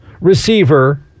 receiver